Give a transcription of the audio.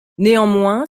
néanmoins